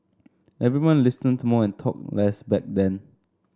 everyone listened to more and talked less back then